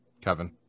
Kevin